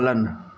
पालन